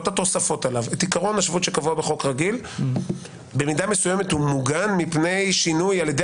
לא התוספות עליו במידה מסוימת הוא מוגן מפני שינוי על ידי